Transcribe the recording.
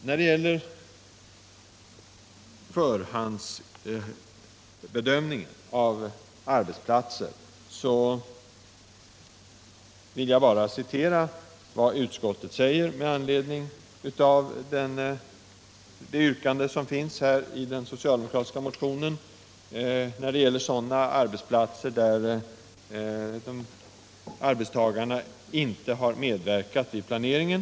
I fråga om förhandsbedömningen av arbetsplatser vill jag citera vad utskottet säger med anledning av yrkandet i den socialdemokratiska motionen om sådana arbetsplatser där arbetstagarna inte har medverkat i planeringen.